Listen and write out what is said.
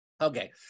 Okay